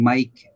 Mike